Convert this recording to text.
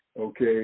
Okay